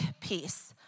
peace